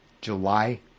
July